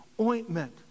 ointment